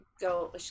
go